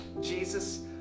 Jesus